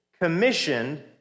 commissioned